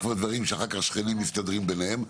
יש דברים שהשכנים יסתדרו אחר כך ביניהם.